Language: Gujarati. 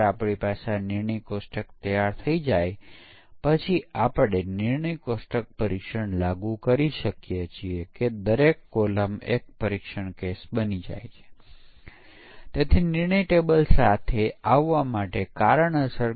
બીજી બાજુ સોફ્ટવેરમાં દરેક પરીક્ષણ વિવિધ પ્રકારના દોષોને શોધી શકે છે અને આપણે એવા પરીક્ષણની રચના કરી શકતા નથી જે કોઈ ચોક્કસ પ્રકારના દોષને શોધવાનો પ્રયત્ન કરશે